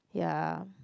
ya